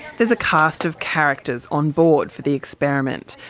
there's a cast of characters on board for the experiment.